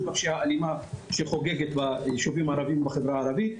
בפשיעה האלימה שחוגגת ביישובים הערביים ובחברה הערבית,